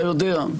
אתה יודע,